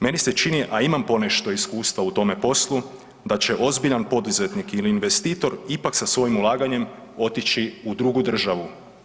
Meni se čini, a imam ponešto iskustva u tome poslu da će ozbiljan poduzetnik ili investitor ipak sa svojim ulaganjem otići u drugu državu.